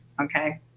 okay